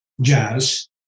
jazz